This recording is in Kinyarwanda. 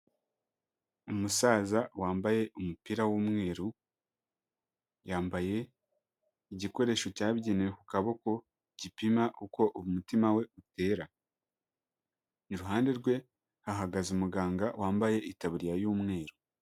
Umusaza wambaye umupira w'umweru, yambaye igikoresho cyabugenewe ku kaboko gipima uko umutima we utera, iruhande rwe hahagaze umuganga wambaye itaburiya y'umweru.